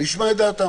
נשמע את דעתם.